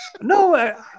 No